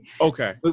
Okay